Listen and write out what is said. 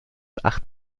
acht